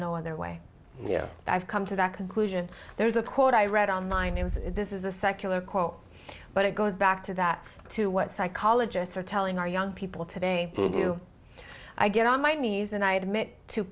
no other way i've come to that conclusion there's a quote i read online it was this is a secular quote but it goes back to that to what psychologists are telling our young people today do i get on my knees and i had met to